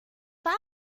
warm